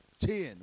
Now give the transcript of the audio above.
Ten